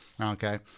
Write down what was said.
Okay